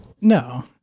No